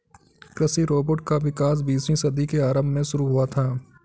कृषि रोबोट का विकास बीसवीं सदी के आरंभ में शुरू हुआ था